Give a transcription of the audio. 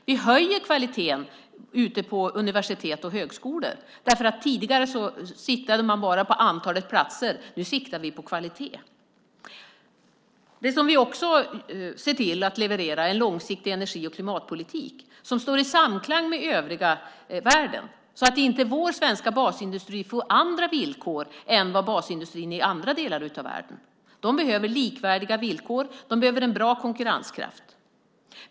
Vi höjer kvaliteten på universitet och högskolor. Tidigare siktade man bara på antalet platser. Nu siktar vi på kvalitet. Det som vi också ser till att leverera är en långsiktig energi och klimatpolitik som står i samklang med övriga världen så att inte vår svenska basindustri får andra villkor än basindustrin i andra delar av världen. De behöver likvärdiga villkor. De behöver bra konkurrenskraft.